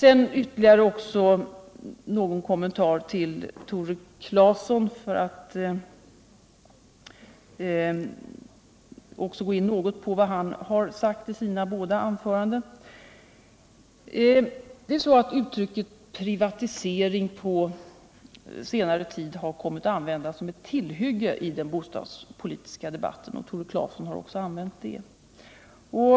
Jag vill också göra en ytterligare kommentar till vad Tore Claeson sagt i sina båda anföranden. Uttrycket ”privatisering” har på senare tid kommit att användas som ett tillhygge i den bostadspolitiska debatten, och även Tore Claeson använde det.